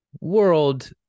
world